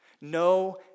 No